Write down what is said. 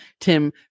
Tim